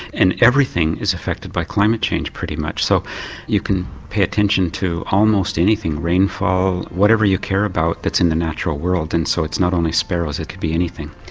and everything is affected by climate change pretty much, so you can pay attention to almost anything rainfall, whatever you care about that's in the natural world, and so it's not only sparrows, it could be anything.